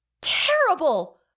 terrible